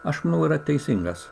aš manau yra teisingas